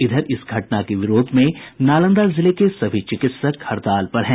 इधर इस घटना के विरोध में नालंदा जिले के सभी चिकित्सक हड़ताल पर हैं